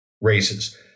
races